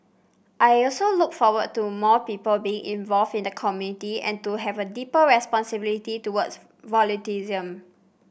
I also look forward to more people being involved in the community and to have a deeper responsibility towards volunteerism